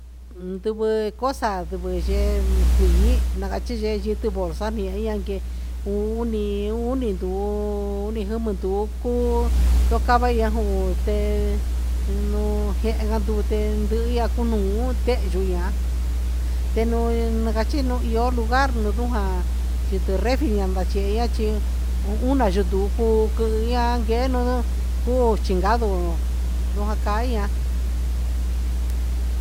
Ndiguɨ cosa ndiguɨ yee cuii na cachi yee cuu ndi yi ti bolsa ni ian guee uni uni nduu nducu soo cava yia juhun te nuun jehe ca ndute cuu ndehe ndihi ihya cuu ndehe chuia te nui na cachi iyo lugar un ndujaa refri a nda gachi una yundu cuu quihia yeluu cuu chingadu un ja caia.